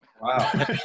Wow